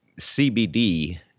CBD